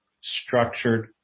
structured